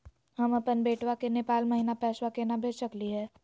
हम अपन बेटवा के नेपाल महिना पैसवा केना भेज सकली हे?